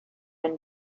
and